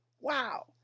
Wow